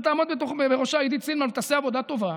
ותעמוד בראשה עידית סילמן, ותעשה עבודה טובה,